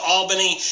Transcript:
Albany